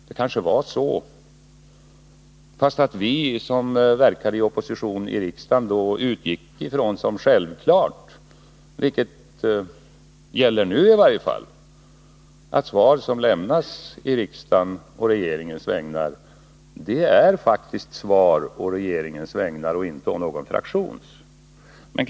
Det kanske var så, fastän vi som verkade som opposition i riksdagen utgick ifrån — vilket i varje fall gäller nu — att interpellationssvar som lämnas i riksdagen faktiskt är svar å regeringens och inte å någon fraktions vägnar.